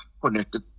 connected